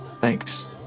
thanks